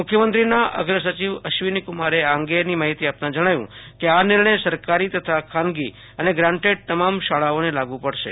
મુખ્યમંત્રીના અગ્રસચિવ અશ્વિનીકુમારે આ અંગેની માહિતી આપતા જણાવ્યું કે આ નિર્ણય સરકારી તથા ખાનગી અને ગ્રાન્ટેડ તમામ શાળાઓને લાગુ પડશે